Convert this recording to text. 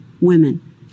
women